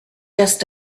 just